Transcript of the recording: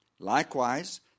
Likewise